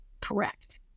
Correct